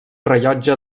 rellotge